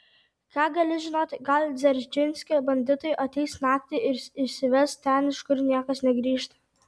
ką gali žinoti gal dzeržinskio banditai ateis naktį ir išsives ten iš kur niekas negrįžta